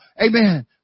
Amen